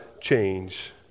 change